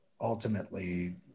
ultimately